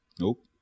Nope